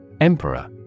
Emperor